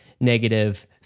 negative